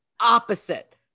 opposite